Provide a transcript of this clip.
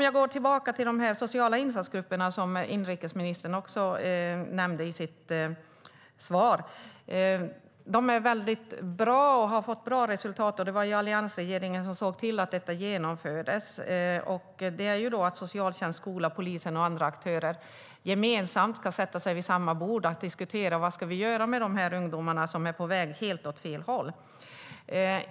Jag går tillbaka till de sociala insatsgrupperna, som inrikesministern nämnde i sitt svar. De är bra, och de har fått bra resultat. Det var alliansregeringen som såg till att detta genomfördes. Socialtjänsten, skolan, polisen och andra aktörer ska gemensamt sätta sig vid samma bord och diskutera vad man ska göra med de ungdomar som är på väg åt helt fel håll.